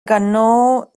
ganó